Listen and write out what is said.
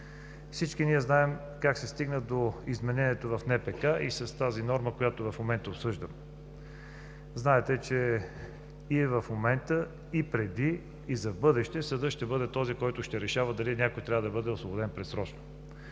Всички знаем как се стигна до изменението в НПК и на нормата, която в момента обсъждаме. Знаете, че и в момента, и преди, и в бъдеще съдът ще бъде този, който ще решава дали някой трябва да бъде освободен предсрочно.